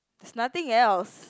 there's nothing else